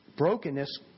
Brokenness